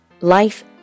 Life